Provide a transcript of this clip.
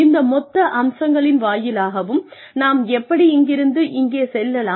இந்த மொத்த அம்ஸங்களின் வாயிலாகவும் நாம் எப்படி இங்கிருந்து இங்கே செல்வோம்